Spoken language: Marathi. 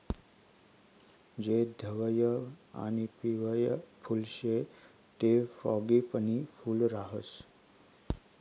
जे धवयं आणि पिवयं फुल शे ते फ्रॉगीपनी फूल राहास